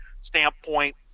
standpoint